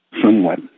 somewhat